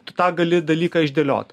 tu tą gali dalyką išdėliot